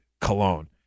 cologne